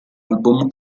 album